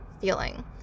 feeling